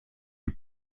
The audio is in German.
die